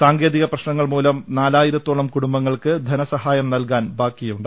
സാങ്കേതിക പ്രശ്നങ്ങൾമൂലം നാലായിരത്തോളം കുടുംബങ്ങൾക്ക് ധനസഹായം നൽകാൻ ബാക്കിയുണ്ട്